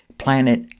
planet